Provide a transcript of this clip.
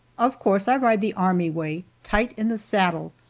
of course i ride the army way, tight in the saddle,